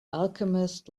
alchemist